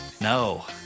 No